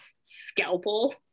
scalpel